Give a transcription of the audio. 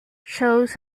shows